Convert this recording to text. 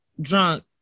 drunk